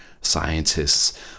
Scientists